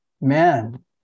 man